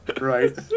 right